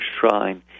shrine